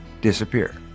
disappear